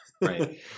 Right